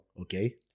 okay